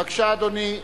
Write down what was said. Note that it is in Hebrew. בבקשה, אדוני.